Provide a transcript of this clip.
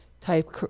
type